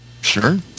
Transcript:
Sure